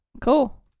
Cool